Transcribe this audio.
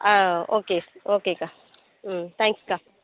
ஆ okay ஓகேக்கா ம் தேங்க்ஸ்க்கா